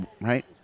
Right